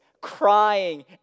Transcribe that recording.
crying